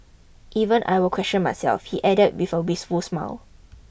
even I will question myself he added with a wistful smile